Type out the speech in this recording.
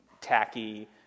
tacky